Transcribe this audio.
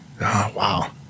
wow